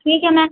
ठीक है मैम